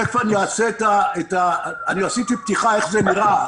עשיתי פתיחה ואמרתי איך זה נראה.